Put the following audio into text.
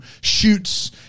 shoots